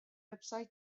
website